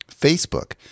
Facebook